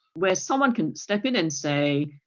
where someone can step in and say,